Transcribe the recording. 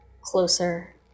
closer